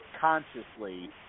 consciously